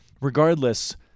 regardless